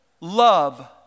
love